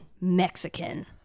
Mexican